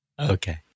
Okay